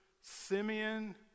Simeon